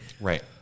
Right